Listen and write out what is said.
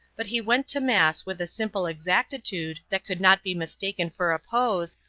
but he went to mass with a simple exactitude that could not be mistaken for a pose,